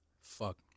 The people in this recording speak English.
Fuck